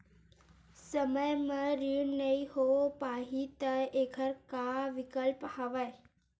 समय म ऋण नइ हो पाहि त एखर का विकल्प हवय?